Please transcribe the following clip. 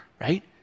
right